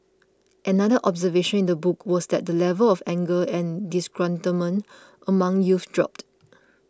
another observation in the book was that the level of anger and disgruntlement among youth dropped